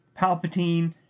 Palpatine